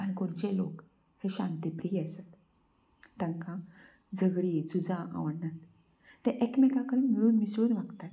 काणकोणचे लोक हे शांतिप्रीय आसात तांकां झगडीं झुजां आवडणात ते एकमेकां कडेन मेळून मिसळून वागतात